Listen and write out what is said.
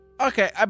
Okay